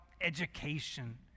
education